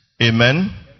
Amen